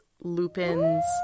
Lupin's